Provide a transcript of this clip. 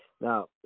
Now